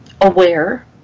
aware